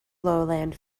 lowland